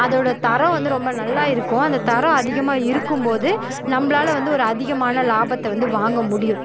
அதோட தரம் வந்து ரொம்ப நல்லா இருக்கும் அந்த தரம் அதிகமாக இருக்கும்போது நம்பளால் வந்து ஒரு அதிகமான லாபத்தை வந்து வாங்க முடியும்